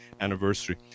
anniversary